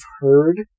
heard